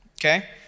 okay